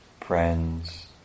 friends